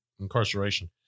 incarceration